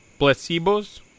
Placebos